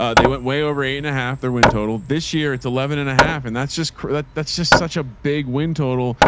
ah they went way over eight and a half. their wind total this year, it's eleven and a half. and that's just, that's that's just such a big win total.